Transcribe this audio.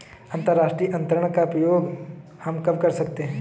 अंतर्राष्ट्रीय अंतरण का प्रयोग हम कब कर सकते हैं?